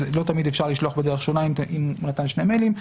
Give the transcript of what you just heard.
אז לא תמיד ניתן לשלוח בדרך שונה אם הוא נתן שני מיילים,